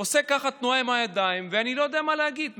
עושה ככה תנועה עם הידיים ואני לא יודע מה להגיד,